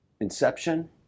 inception